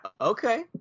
Okay